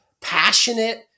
passionate